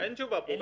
אין תשובה פה.